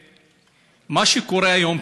ומה שקורה היום,